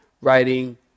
writing